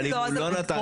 אבל אם הוא לא נתן?